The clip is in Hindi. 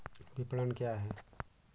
विपणन क्या है?